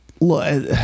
look